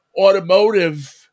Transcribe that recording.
automotive